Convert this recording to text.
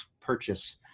purchase